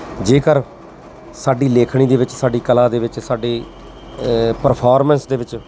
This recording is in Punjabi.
ਜੇਕਰ ਸਾਡੀ ਲੇਖਣੀ ਦੇ ਵਿੱਚ ਸਾਡੀ ਕਲਾ ਦੇ ਵਿੱਚ ਸਾਡੀ ਪਰਫੋਰਮੈਂਸ ਦੇ ਵਿੱਚ